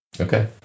Okay